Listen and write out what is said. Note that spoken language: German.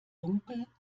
dunkel